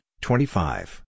twenty-five